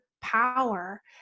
power